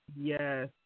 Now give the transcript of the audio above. Yes